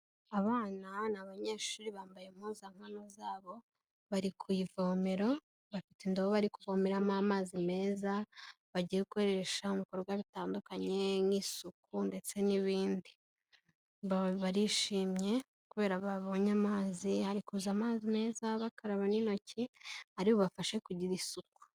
Abana ni abanyeshuri bambaye impuzankano zabo, bari ku ivomera, bafite indobo bari kuvomeramo amazi meza bagiye gukoresha mu bikorwa bitandukanye nk'isuku ndetse n'ibindi, barishimye kubera babonye amazi, hari kuza amazi meza bakaraba n'intoki, ari bubafashe kugira isuku.